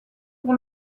pour